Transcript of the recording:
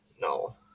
No